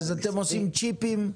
אז אתם עושים צ'יפים?